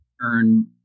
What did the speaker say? earn